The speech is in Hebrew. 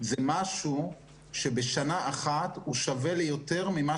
זה משהו שבשנה אחת הוא שווה ליותר ממה